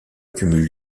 cumul